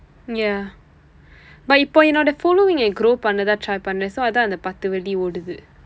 ya but இப்போ என்னோட:ippoo ennooda following eh grow பண்ணா தான்:pannaa thaan try பன்றேன்:panreen so அதான் அந்த பத்து வெள்ளி ஓடுது:athaan andtha paththu velli ooduthu